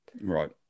Right